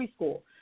preschool